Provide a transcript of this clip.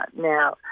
Now